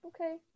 Okay